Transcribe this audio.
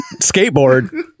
skateboard